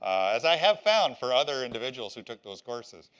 as i have found for other individuals who took those courses.